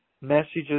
messages